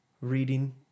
reading